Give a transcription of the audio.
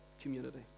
community